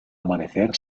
amanecer